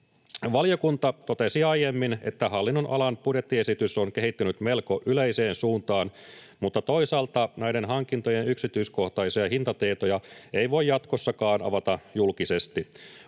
Valiokunta totesi aiemmin, että hallinnonalan budjettiesitys on kehittynyt melko yleiseen suuntaan, mutta toisaalta näiden hankintojen yksityiskohtaisia hintatietoja ei voi jatkossakaan avata julkisesti.